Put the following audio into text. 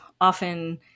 often